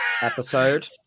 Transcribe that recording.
episode